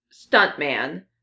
stuntman